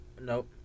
Nope